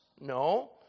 No